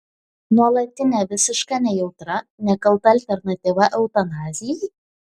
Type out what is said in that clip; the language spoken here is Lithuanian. nuolatinė visiška nejautra nekalta alternatyva eutanazijai